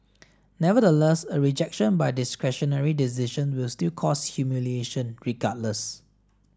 nevertheless a rejection by discretionary decisions will still cause humiliation regardless